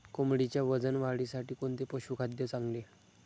कोंबडीच्या वजन वाढीसाठी कोणते पशुखाद्य चांगले?